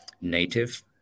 native